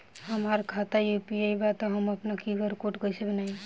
हमार खाता यू.पी.आई बा त हम आपन क्यू.आर कोड कैसे बनाई?